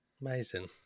Amazing